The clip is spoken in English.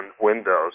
Windows